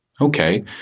Okay